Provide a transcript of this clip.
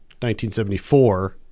1974